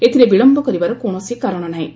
ଏଥିରେ ବିଳମ୍ଘ କରିବାର କୌଣସି କାରଣ ନାହିଁ